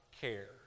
care